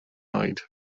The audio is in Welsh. oed